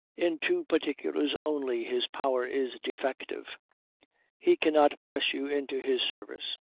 in two particulars only his power is defective he cannot press you into his service,